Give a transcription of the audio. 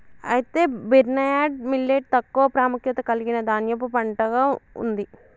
అయితే barnyard millet తక్కువ ప్రాముఖ్యత కలిగిన ధాన్యపు పంటగా ఉంది